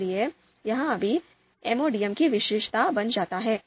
इसलिए यह भी MODM की विशेषता बन जाता है